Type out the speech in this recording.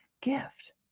gift